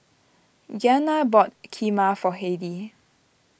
Giana bought Kheema for Heidy